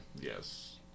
Yes